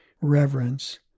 reverence